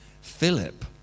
Philip